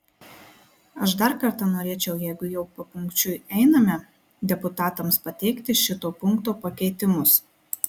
aš dar kartą norėčiau jeigu jau papunkčiui einame deputatams pateikti šito punkto pakeitimus